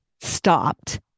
stopped